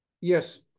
Yes